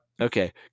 Okay